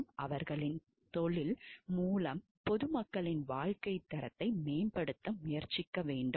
மற்றும் அவர்களின் தொழில் மூலம் பொதுமக்களின் வாழ்க்கைத் தரத்தை மேம்படுத்த முயற்சிக்கவும்